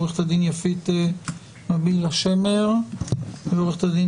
עורכת הדין יפית בבילה שמר ועורכת הדין